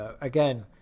again